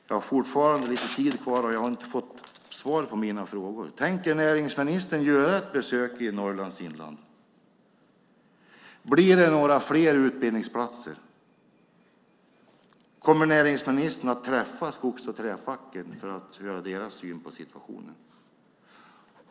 Jag har fortfarande lite talartid kvar, och eftersom jag inte har fått svar på mina frågor upprepar jag dem. Tänker näringsministern göra ett besök i Norrlands inland? Blir det några fler utbildningsplatser? Kommer näringsministern att träffa skogs och träfacken för att höra deras syn på situationen?